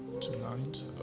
tonight